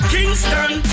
Kingston